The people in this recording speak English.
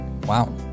Wow